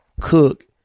cook